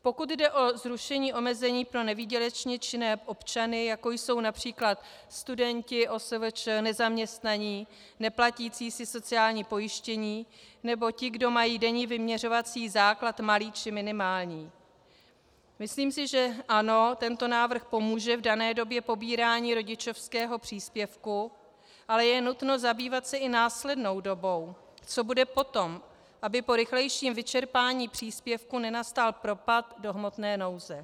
Pokud jde o zrušení omezení pro nevýdělečně činné občany, jako jsou například studenti, OSVČ, nezaměstnaní, neplatící si sociální pojištění, nebo ti, kdo mají denní vyměřovací základ malý či minimální, myslím si, že ano, tento návrh pomůže v dané době pobírání rodičovského příspěvku, ale je nutno zabývat se i následnou dobou, co bude potom, aby po rychlejším vyčerpání příspěvku nenastal propad do hmotné nouze.